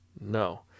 No